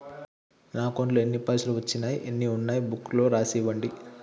నా అకౌంట్లో ఎన్ని పైసలు వచ్చినాయో ఎన్ని ఉన్నాయో బుక్ లో రాసి ఇవ్వండి?